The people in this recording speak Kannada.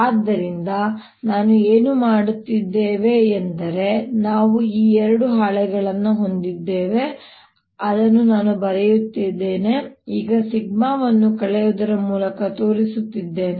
ಆದ್ದರಿಂದ ನಾವು ಏನು ಮಾಡುತ್ತಿದ್ದೇವೆ ಎಂದರೆ ನಾವು ಈ ಎರಡು ಹಾಳೆಗಳನ್ನು ಹೊಂದಿದ್ದೇವೆ ಅದನ್ನು ನಾನು ಬರೆಯುತ್ತಿದ್ದೇನೆ ಈಗ σ ವನ್ನು ಕಳೆಯುವುದರ ಮೂಲಕ ತೋರಿಸುತ್ತಿದ್ದೇನೆ